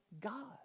God